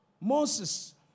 Moses